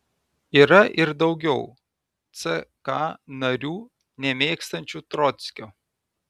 yra ir daugiau ck narių nemėgstančių trockio